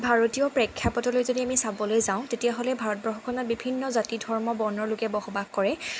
ভাৰতীয় প্ৰেক্ষাপটলৈ যদি আমি চাবলৈ যাওঁ তেতিয়াহ'লে ভাৰতবৰ্ষখনত বিভিন্ন জাতি ধৰ্ম বৰ্ণৰ লোকে বসবাস কৰে